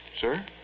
Sir